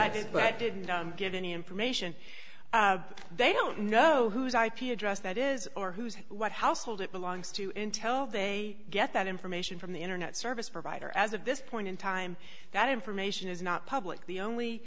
i did but didn't get any information they don't know who's ip address that is or who's what household it belongs to intel they get that information from the internet service provider as of this point in time that information is not public the only